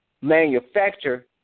manufacturer